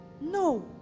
No